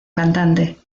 cantante